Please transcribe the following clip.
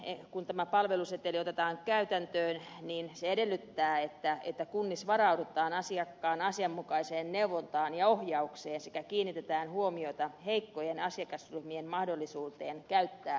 yleensäkin kun tämä palveluseteli otetaan käytäntöön niin se edellyttää että kunnissa varaudutaan asiakkaan asianmukaiseen neuvontaan ja ohjaukseen sekä kiinnitetään huomiota heikkojen asiakasryhmien mahdollisuuteen käyttää palveluseteliä